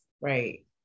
right